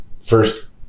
first